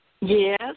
Yes